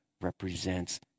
represents